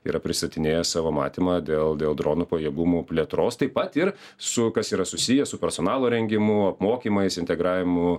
yra pristatinėjęs savo matymą dėl dėl dronų pajėgumų plėtros taip pat ir su kas yra susiję su personalo rengimu mokymais integravimu